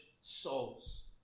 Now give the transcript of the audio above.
souls